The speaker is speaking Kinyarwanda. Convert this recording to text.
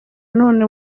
none